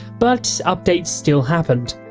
but updates still happened.